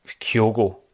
Kyogo